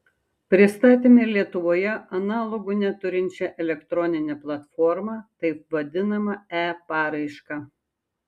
pristatėme lietuvoje analogų neturinčią elektroninę platformą taip vadinamą e paraišką